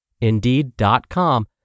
Indeed.com